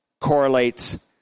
correlates